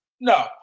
No